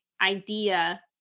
idea